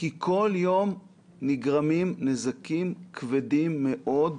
כי כל יום נגרמים נזקים כבדים מאוד לציבור,